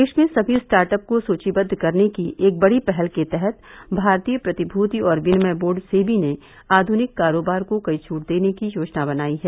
देश में सभी स्टार्ट अप को सूचीबद्द करने की एक बड़ी पहल के तहत भारतीय प्रतिभूति और विनिमय बोर्ड सेवी ने आध्निक कारोबार को कई छूट देने की योजना बनाई है